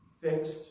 fixed